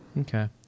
Okay